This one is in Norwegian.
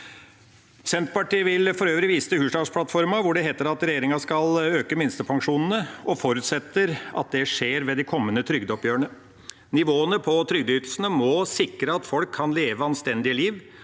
Senterpartiet vil for øvrig vise til Hurdalsplattformen, hvor det heter at regjeringa skal øke minstepensjonene, og forutsetter at det skjer ved de kommende trygdeoppgjørene. Nivåene på trygdeytelsene må sikre at folk kan leve et anstendig liv.